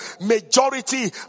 Majority